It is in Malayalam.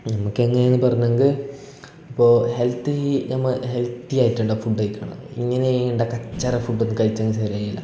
നമുക്കെങ്ങനെ പറഞ്ഞെങ്കിൽ ഇപ്പോൾ ഹെൽത്ത് ഈ നമ്മൾ ഹെൽത്തി ആയിട്ടുള്ള ഫുഡ് കഴിക്കണം ഇങ്ങനെ ഇണ്ട കച്ചറ ഫുഡൊന്നും കയിച്ചേങ്കിൽ ശരിയാകേല